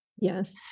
Yes